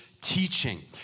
teaching